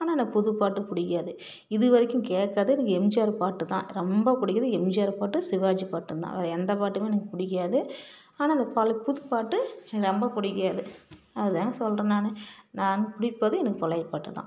ஆனால் எனக்கு புதுப்பாட்டு பிடிக்காது இது வரைக்கும் கேட்கறது எனக்கு எம்ஜிஆர் பாட்டு தான் ரொம்ப பிடிக்கிறது எம்ஜிஆர் பாட்டு சிவாஜி பாட்டு தான் வேறே எந்தப் பாட்டும் எனக்கு பிடிக்காது ஆனால் இந்த பழை புதுப்பாட்டு ஏ ரொம்ப பிடிக்காது அது தாங்க சொல்கிறேன் நான் நான் பிடிப்பது எனக்கு பழையை பாட்டு தான்